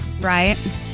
Right